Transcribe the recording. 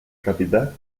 capital